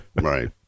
Right